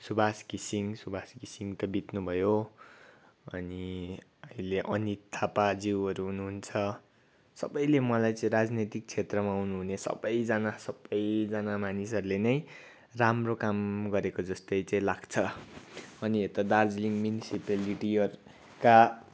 सुवास घिसिङ सुवास घिसिङ त बित्नु भयो अनि अहिले अनित थापाज्यूहरू हुनुहुन्छ सबैले मलाई चाहिँ राजनैतिक क्षेत्रमा हुनुहुने सबैजना सबैजना मानिसहरूले नै राम्रो काम गरेको जस्तै चाहिँ लाग्छ अनि यता दार्जिलिङ म्युनिसिपालिटीका